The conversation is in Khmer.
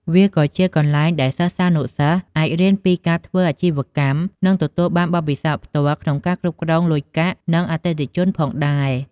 វាក៏ជាកន្លែងដែលសិស្សានុសិស្សអាចរៀនពីការធ្វើអាជីវកម្ម និងទទួលបានបទពិសោធន៍ផ្ទាល់ក្នុងការគ្រប់គ្រងលុយកាក់ និងអតិថិជនបានផងដែរ។